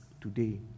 today